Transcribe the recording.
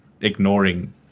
ignoring